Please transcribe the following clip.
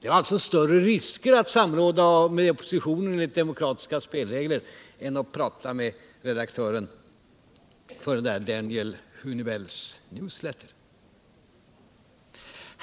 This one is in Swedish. Det var alltså större risker att samråda med oppositionen enligt demokratiska spelregler än att prata med redaktören för Danielle Hunebelle's International